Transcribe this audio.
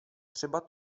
třeba